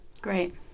Great